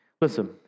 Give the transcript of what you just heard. listen